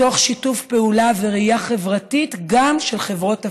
מתוך שיתוף פעולה וראייה חברתית גם של חברות הפארמה.